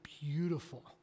beautiful